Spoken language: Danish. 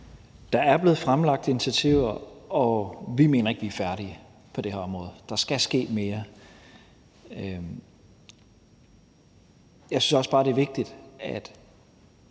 Der er blevet fremlagt initiativer, og vi mener ikke, vi er færdige på det her område. Der skal ske mere. Jeg synes også bare, det er vigtigt at